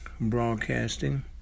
broadcasting